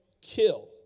kill